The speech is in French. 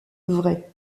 vrais